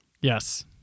Yes